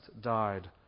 died